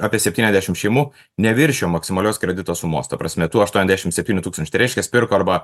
apie septyniasdešimt šeimų neviršijo maksimalios kredito sumos ta prasme tų aštuoniasdešimt septynių tūkstančių tai reiškias pirko arba